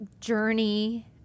journey